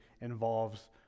involves